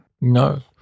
No